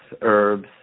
herbs